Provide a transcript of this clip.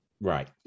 Right